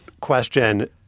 question